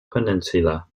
peninsula